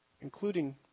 including